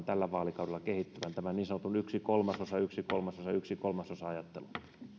tällä vaalikaudella kehittyvän tämän niin sanotun kolmasosa kolmasosa kolmasosa ajattelun